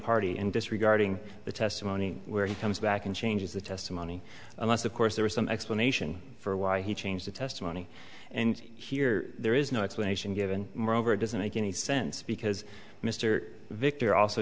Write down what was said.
party and disregarding the testimony where he comes back and changes the testimony unless of course there is some explanation for why he changed the testimony and here there is no explanation given moreover it doesn't make any sense because mr victor also